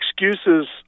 excuses